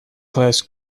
class